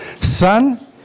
Son